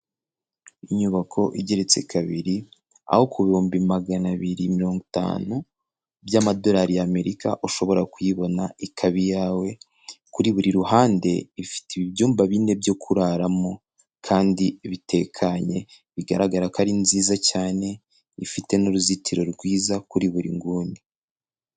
Inyubako igeretse kabiri aho ku bihumbi magana abiri mirongo itanu by'amadolari ya Amerika ushobora kuyibona ikaba iyawe, kuri buri ruhande ifite ibyumba bine byo kuraramo kandi bitekanye bigaragara ko ari nziza cyane ifite n'uruzitiro rwiza kuri buri nguni.